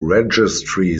registry